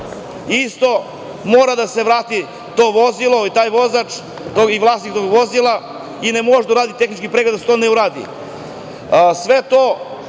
isto mora da se vrati to vozilo i taj vozač i vlasnik tog vozila ne može da uradi tehnički pregled dok se to ne uradi. Sve